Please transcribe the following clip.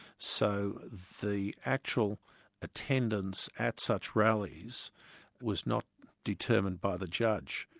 so the actual attendance at such rallies was not determined by the judge.